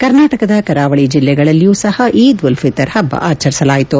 ಕರ್ನಾಟಕದ ಕರಾವಳಿ ಜಲ್ಲೆಗಳಲ್ಲಿಯೂ ಸಹ ಈದ್ ಉಲ್ ಫಿತರ್ ಹಬ್ಲ ಆಚರಿಸಲಾಯಿತು